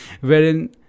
wherein